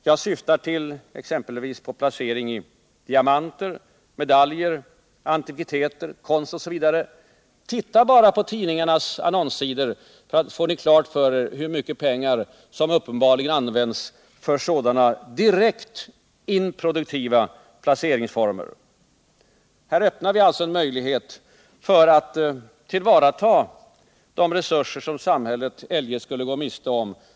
Jag syftar på exempelvis placering i diamanter, medaljer, antikviteter, konst osv. Titta bara på tidningarnas annonssidor, så får ni klart för er hur mycket pengar det är som uppenbarligen används för sådana direkt improduktiva placeringsformer. Här öppnar vi alltså en möjlighet för att tillvarata de resurser för produktiva ändamål som samhället eljest skulle gå miste om.